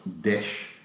dish